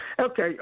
Okay